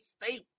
state